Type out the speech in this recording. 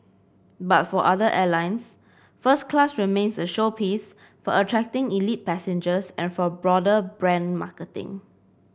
but for other airlines first class remains a showpiece for attracting elite passengers and for broader brand marketing